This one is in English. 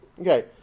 Okay